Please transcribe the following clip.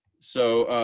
so,